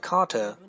Carter